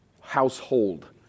household